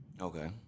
okay